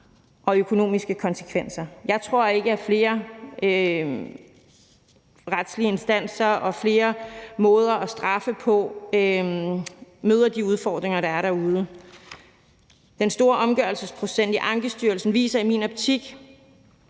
og økonomiske konsekvenser. Jeg tror ikke, at flere retslige instanser og flere måder at straffe på møder de udfordringer, der er derude. Den store omgørelsesprocent i Ankestyrelsen viser i min optik,